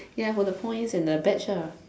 ya for the points and the badge ah